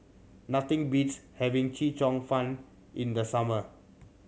nothing beats having Chee Cheong Fun in the summer